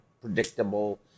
predictable